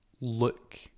look